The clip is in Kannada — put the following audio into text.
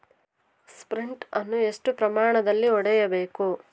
ಸ್ಪ್ರಿಂಟ್ ಅನ್ನು ಎಷ್ಟು ಪ್ರಮಾಣದಲ್ಲಿ ಹೊಡೆಯಬೇಕು?